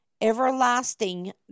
everlasting